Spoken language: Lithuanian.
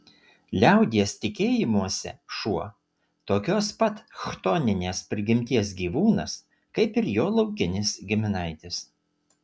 liaudies tikėjimuose šuo tokios pat chtoninės prigimties gyvūnas kaip ir jo laukinis giminaitis